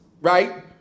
right